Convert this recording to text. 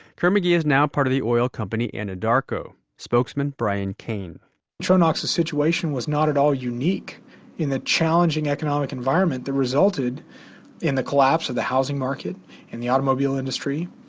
kerr-mcgee is now part of the oil company anadarko. spokesman brian cain tronox's situation was not at all unique in the challenging economic environment that resulted in the collapse of the housing market and the automobile industry.